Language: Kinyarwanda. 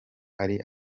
ari